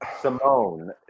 Simone